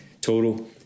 total